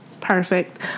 Perfect